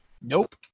Nope